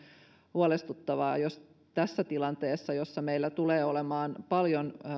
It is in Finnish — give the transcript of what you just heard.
huolestuttavaa jos tässä tilanteessa jossa meillä tulee olemaan paljon